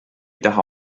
taha